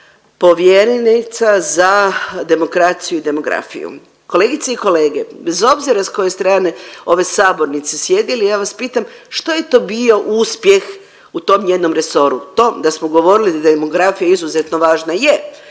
povjerenica za demokraciju i demografiju. Kolegice i kolege, bez obzira s koje strane ove sabornice sjedili ja vas pitam što je to bio uspjeh u tom njenom resoru? Tom da smo govorili da je demografija izuzetno važna,